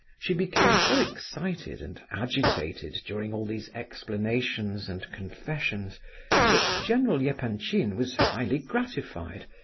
she became so excited and agitated during all these explanations and confessions that general yeah epanchin was highly gratified,